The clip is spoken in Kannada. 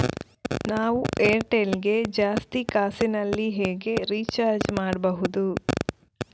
ನಾವು ಏರ್ಟೆಲ್ ಗೆ ಜಾಸ್ತಿ ಕಾಸಿನಲಿ ಹೇಗೆ ರಿಚಾರ್ಜ್ ಮಾಡ್ಬಾಹುದು?